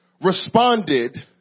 responded